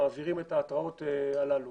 מעבירים את ההתרעות הללו